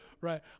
right